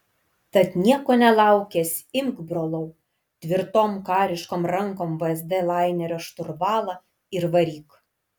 tad nieko nelaukęs imk brolau tvirtom kariškom rankom vsd lainerio šturvalą ir varyk